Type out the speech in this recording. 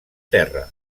terra